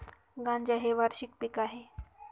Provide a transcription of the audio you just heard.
गांजा हे वार्षिक पीक आहे